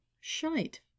shite